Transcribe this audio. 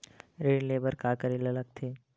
ऋण ले बर का करे ला लगथे?